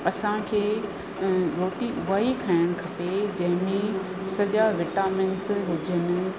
असांखे रोटी वई खाइणु खपे जंहिंमें सॼा विटामिन्स हुजनि ऐं